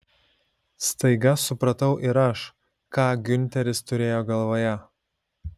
staiga supratau ir aš ką giunteris turėjo galvoje